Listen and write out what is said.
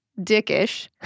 dickish